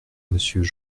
monsieur